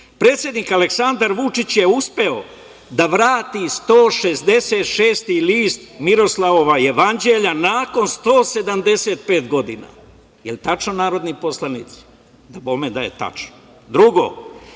primere. Predsednik Aleksandar Vučić je uspeo da vrati 166. list Miroslavljevog jevanđelja nakon 175 godina. Je li tačno, narodni poslanici? Dabome da je tačno. Drugo,